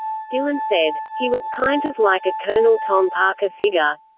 dylan said, he was kind of like a colonel tom parker figure.